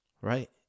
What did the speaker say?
right